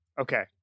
Okay